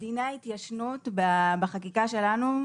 בדיני ההתיישנות בחקיקה שלנו,